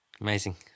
Amazing